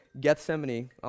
Gethsemane